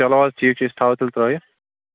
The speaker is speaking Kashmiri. چلو حظ ٹھیٖک چھُ أسۍ تھاوَو تیٚلہِ ترٛٲوِتھ